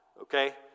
okay